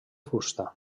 fusta